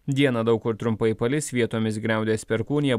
dieną daug kur trumpai palis vietomis griaudės perkūnija